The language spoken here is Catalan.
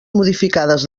modificades